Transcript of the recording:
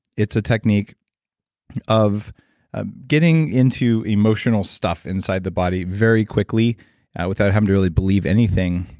it's a technique of ah getting into emotional stuff inside the body very quickly without having to really believe anything.